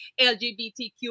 lgbtq